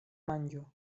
manĝo